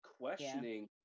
questioning